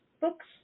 books